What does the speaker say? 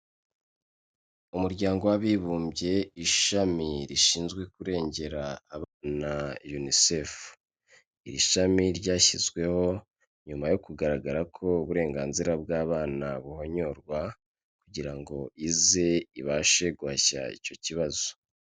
Umuryango w'abibumbye, ishami rishinzwe kurengera abana UNICEF, iri shami ryashyizweho nyuma yo kugaragara ko uburenganzira bw'abana buhonyorwa kugira ngo ize ibashe guhashya icyo kibazo.